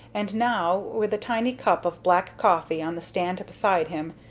and now, with a tiny cup of black coffee on the stand beside him,